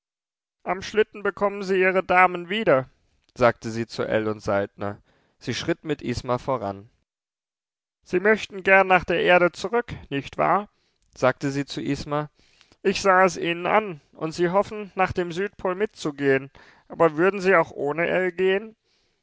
am schlitten bekommen sie ihre damen wieder sagte sie zu ell und saltner sie schritt mit isma voran sie möchten gern nach der erde zurück nicht wahr sagte sie zu isma ich sah es ihnen an und sie hoffen nach dem südpol mitzugehen aber würden sie auch ohne ell gehen